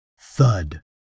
Thud